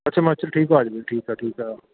ਅੱਛਾ ਹਿਮਾਚਲ ਠੀਕ ਆ ਜਵੇ ਠੀਕ ਆ ਠੀਕ ਆ